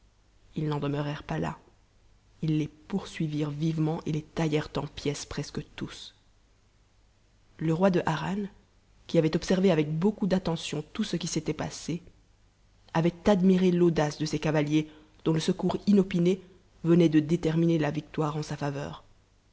ils n'en demeurèrent pas là ils les poursuivirent vivement et les taillèrent en pièces presque tous le roi de harran qui avait observé avec beaucoup d'attention tout ce qui s'était passé avait admiré l'audace de ces cavaliers dont le secours inopiné venait de déterminer la victoire en sa faveur